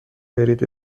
برید